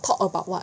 talk about what